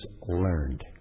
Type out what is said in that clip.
learned